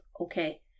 okay